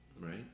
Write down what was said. right